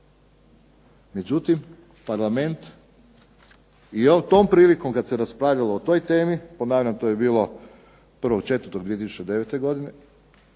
Međutim Parlament, i evo tom prilikom kad se raspravljalo o toj temi, ponavljam to je bilo 01.04.2009. godine,